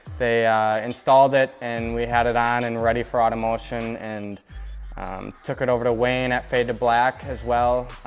they installed it and we had it on and ready for automotion and took it over to wayne at fade to black as well.